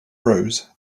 rose